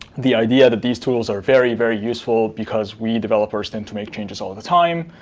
the idea that these tools are very, very useful because we developers tend to make changes all the time.